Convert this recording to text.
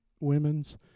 women's